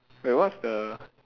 wait what's the